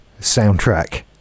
soundtrack